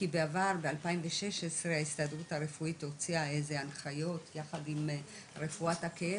כי בעבר ב-2016 ההסתדרות הרפואית הוציאה איזה הנחיות יחד עם רפואת הכאב,